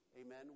amen